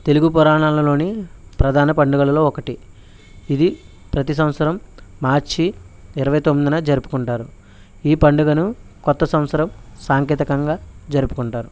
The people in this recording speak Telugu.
తెలుగు పురాణాలలోని ప్రధాన పండగలులో ఒకటి ఇది ప్రతీ సంవత్సరం మార్చి ఇరవై తొమ్మిదిన జరుపుకుంటారు ఈ పండుగను క్రొత్త సంవత్సరం సాంకేతికంగా జరుపుకుంటారు